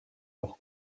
leur